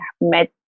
met